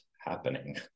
happening